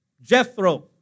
Jethro